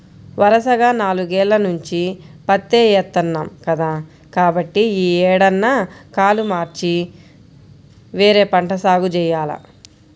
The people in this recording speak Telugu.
వరసగా నాలుగేల్ల నుంచి పత్తే ఏత్తన్నాం కదా, కాబట్టి యీ ఏడన్నా కాలు మార్చి వేరే పంట సాగు జెయ్యాల